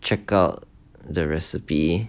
check out the recipe